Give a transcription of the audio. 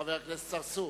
חבר הכנסת צרצור.